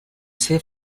ser